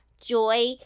joy